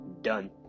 done